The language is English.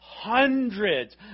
hundreds